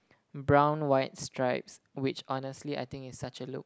brown white stripes which honestly I think is such a look